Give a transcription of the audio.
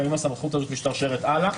האם הסמכות הזו משתרשרת הלאה?